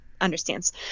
understands